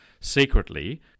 secretly